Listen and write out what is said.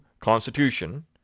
constitution